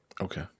Okay